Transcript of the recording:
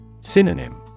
Synonym